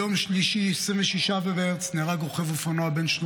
ביום שלישי 26 במרץ נהרג רוכב אופנוע בן 30